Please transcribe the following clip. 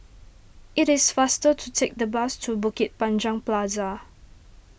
it is faster to take the bus to Bukit Panjang Plaza